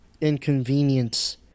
inconvenience